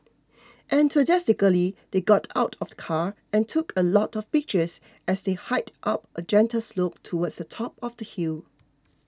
enthusiastically they got out of the car and took a lot of pictures as they hiked up a gentle slope towards the top of the hill